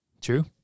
True